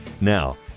Now